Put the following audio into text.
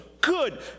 good